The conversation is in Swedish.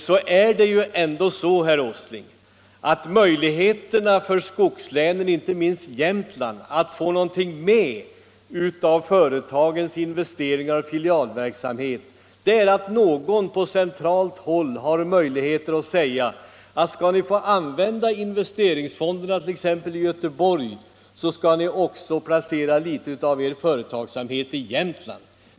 Sedan är det ändå så, herr Åsling, att en av möjligheterna för skogslänen, inte minst Jämtland, att få någonting med av företagens investeringar i filialverksamhet vid ett generellt frisläpp av investeringsfonderna är att det på centralt håll finns möjlighet att säga: Skall ni få använda investeringsfonder i t.ex. Göteborg, så skall ni också placera delar av er företagsamhet i Jämtland!